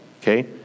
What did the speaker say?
okay